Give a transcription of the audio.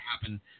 happen